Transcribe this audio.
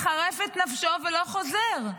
מחרף את נפשו ולא חוזר?